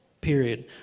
period